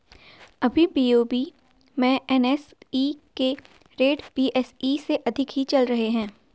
अभी बी.ओ.बी में एन.एस.ई के रेट बी.एस.ई से अधिक ही चल रहे हैं